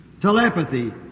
Telepathy